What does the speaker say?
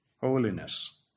holiness